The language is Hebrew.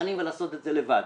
ולעשות את זה לבד.